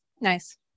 Nice